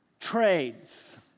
trades